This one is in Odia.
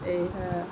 ଏହା